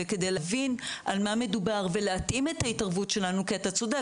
וכדי להבין על מה מדובר ולהתאים את ההתערבות שלנו כי אתה צודק,